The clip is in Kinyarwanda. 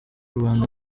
rubanda